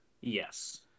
yes